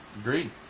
Agreed